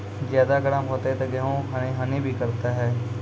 ज्यादा गर्म होते ता गेहूँ हनी भी करता है?